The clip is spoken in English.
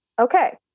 Okay